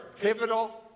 pivotal